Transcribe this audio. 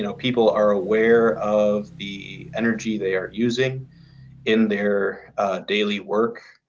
you know people are aware of the energy they are using in their daily work.